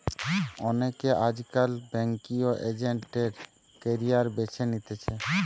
অনেকে আজকাল banking agent এর ক্যারিয়ার বেছে নিতেছে